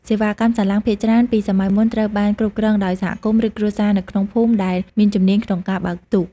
សេវាកម្មសាឡាងភាគច្រើនពីសម័យមុនត្រូវបានគ្រប់គ្រងដោយសហគមន៍ឬគ្រួសារនៅក្នុងភូមិដែលមានជំនាញក្នុងការបើកទូក។